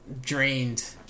drained